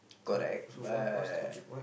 correct but